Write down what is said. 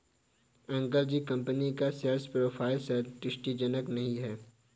uncle की company का sales profile संतुष्टिजनक नही है